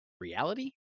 reality